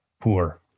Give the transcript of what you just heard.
poor